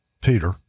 Peter